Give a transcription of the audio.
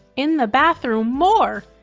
in the bathroom, more!